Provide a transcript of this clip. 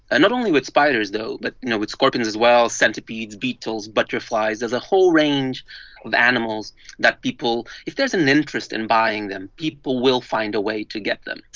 not only with spiders, though, but, you know, with scorpions as well, centipedes, beetles, butterflies. there's a whole range of animals that people if there's an interest in buying them, people will find a way to get them.